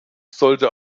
sollte